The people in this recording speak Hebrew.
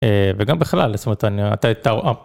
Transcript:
וגם בכלל, זאת אומרת, אתה